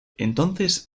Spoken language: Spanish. entonces